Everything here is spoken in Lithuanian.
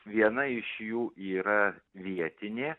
viena iš jų yra vietinė